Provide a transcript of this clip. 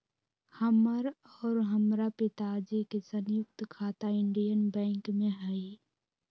हमर और हमरा पिताजी के संयुक्त खाता इंडियन बैंक में हई